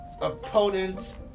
Opponents